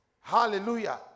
hallelujah